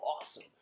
awesome